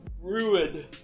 ruined